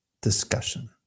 discussion